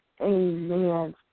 amen